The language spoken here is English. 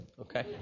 okay